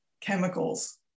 chemicals